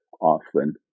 often